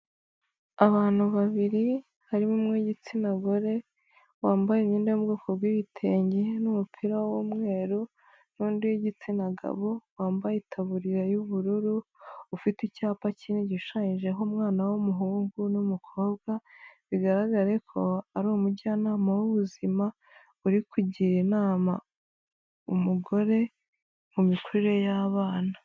Abantu babiri harimo uw'igitsina gore wambaye imyenda y'ubwoko bw'ibitenge n'umupira w'umweru, n'undi w'igitsina gabo wambaye itaburiya y'ubururu ufite icyapa kinini gishushanyijeho umwana w'umuhungu n'umukobwa, bigaragara ko ari umujyanama w'ubuzima uri kugira inama umugore mumikurire y'abana.